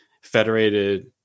federated